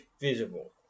visible